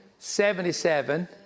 77